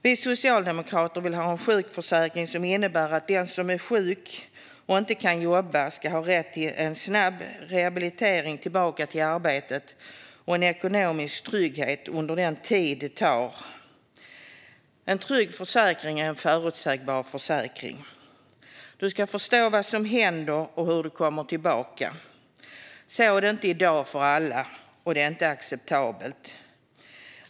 Vi socialdemokrater vill ha en sjukförsäkring som innebär att den som är sjuk och inte kan jobba ska ha rätt till en snabb rehabilitering tillbaka till arbetet och ekonomisk trygghet under den tid detta tar. En trygg försäkring är en förutsägbar försäkring. Man ska förstå vad som händer och hur man kommer tillbaka. Så är det inte för alla i dag, och detta är inte acceptabelt.